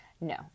No